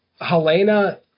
Helena